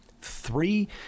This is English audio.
Three